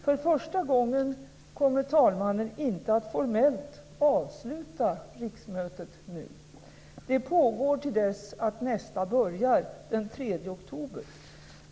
För första gången kommer talmannen nu inte att formellt avsluta riksmötet. Det pågår till dess att nästa börjar, den 3 oktober.